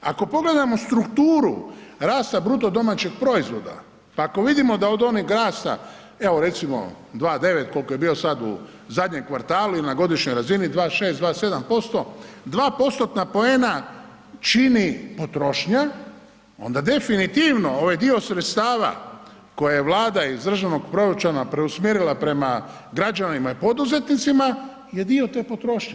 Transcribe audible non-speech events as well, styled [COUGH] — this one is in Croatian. Ako pogledamo strukturu rasta BDP-a pa ako vidimo da od onog ... [UNINTELLIGIBLE] evo recimo 2,9 koliko je bio sad u zadnjem kvartalu ili na godišnjoj razini 2,6, 2,7% 2%-tna poena čini potrošnja, onda definitivno ovaj dio sredstava koji je Vlada iz državnog proračuna preusmjerila prema građanima i poduzetnicima je dio te potrošnje.